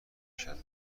کشد